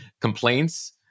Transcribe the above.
complaints